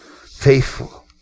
faithful